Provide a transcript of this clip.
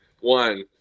one